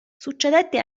succedette